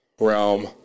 realm